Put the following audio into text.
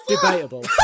Debatable